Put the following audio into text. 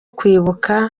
kwibuka